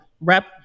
rep